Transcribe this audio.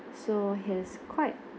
so he's quite